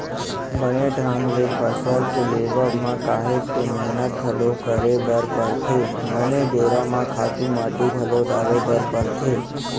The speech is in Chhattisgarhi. बने ढंग ले फसल के लेवब म काहेच के मेहनत घलोक करे बर परथे, बने बेरा म खातू माटी घलोक डाले बर परथे